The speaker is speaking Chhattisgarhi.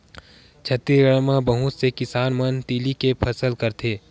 छत्तीसगढ़ म बहुत से किसान मन तिली के फसल करथे